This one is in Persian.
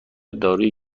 داروی